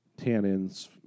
tannins